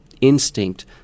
instinct